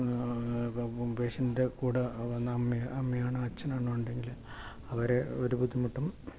പേഷ്യൻറ്റിൻ്റെ കൂടെ അമ്മയാണോ അച്ഛനാണോ ഉണ്ടെങ്കിൽ അവരെ ഒരു ബുദ്ധിമുട്ടും